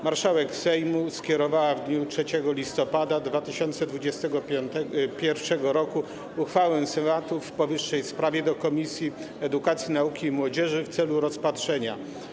Marszałek Sejmu skierowała w dniu 3 listopada 2021 r. uchwałę Senatu w powyższej sprawie do Komisji Edukacji, Nauki i Młodzieży w celu rozpatrzenia.